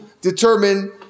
determine